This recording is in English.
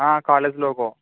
college logo